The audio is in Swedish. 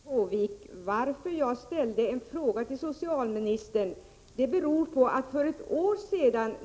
Herr talman! Anledningen till att jag ställde en fråga till socialministern var följande, Doris Håvik.